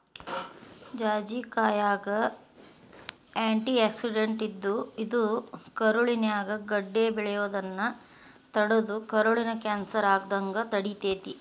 ಜಾಜಿಕಾಯಾಗ antioxidant ಇದ್ದು, ಇದು ಕರುಳಿನ್ಯಾಗ ಗಡ್ಡೆ ಬೆಳಿಯೋದನ್ನ ತಡದು ಕರುಳಿನ ಕ್ಯಾನ್ಸರ್ ಆಗದಂಗ ತಡಿತೇತಿ